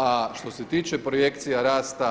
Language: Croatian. A što se tiče projekcija raste,